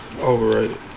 Overrated